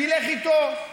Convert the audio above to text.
ילך איתו.